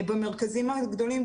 במרכזים הגדולים,